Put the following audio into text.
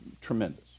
tremendous